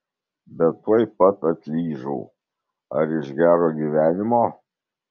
bet tuoj pat atlyžau ar iš gero gyvenimo